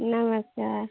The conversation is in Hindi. नमस्कार